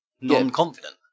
non-confident